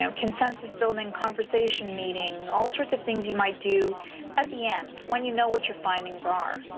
um consensus building conversations meeting all sorts of things you might do at the end when you know what your findings are.